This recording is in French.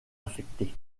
affectées